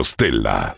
Stella